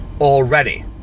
already